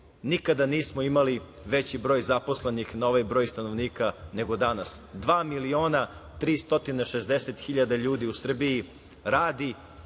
nikada nismo imali veći broj zaposlenih na ovaj broj stanovnika nego danas - 2.360.000 ljudi u Srbiji radi,